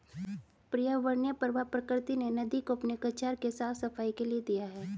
पर्यावरणीय प्रवाह प्रकृति ने नदी को अपने कछार के साफ़ सफाई के लिए दिया है